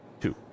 Two